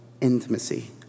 intimacy